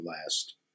last